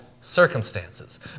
circumstances